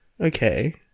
Okay